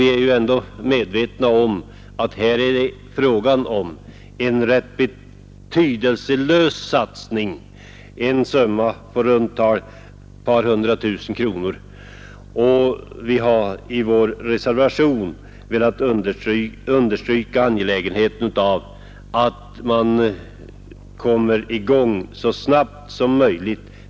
Vi är också medvetna om att det här gäller en rätt obetydlig satsning. Det gäller en summa på i runt tal ett par hundra tusen kronor. I reservationen understrykes angelägenheten av att lantbruksbevakningen kommer i gång så snabbt som möjligt.